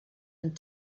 and